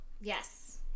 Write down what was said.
Yes